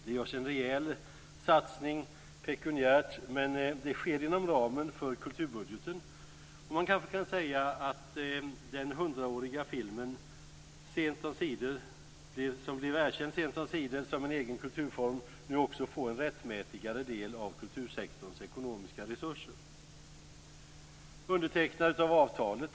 Det är alltså en rejäl satsning pekuniärt, men det sker inom ramen för kulturbudgeten. Man kanske kan säga att den hundraåriga filmen som sent omsider blev erkänd som en egen kulturform nu också får en rättmätigare del av kultursektorns ekonomiska resurser.